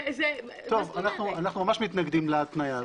אנחנו ממש מתנגדים להתניה הזאת.